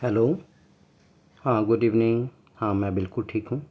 hello ہاں good evening ہاں میں بالکل ٹھیک ہوں